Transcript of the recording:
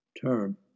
term